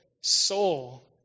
soul